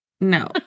No